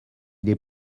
les